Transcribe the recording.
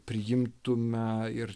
priimtumėme ir